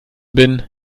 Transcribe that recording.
bin